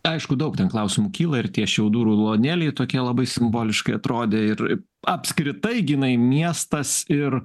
aišku daug ten klausimų kyla ir tie šiaudų rulonėliai tokie labai simboliškai atrodė ir apskritai ginai miestas ir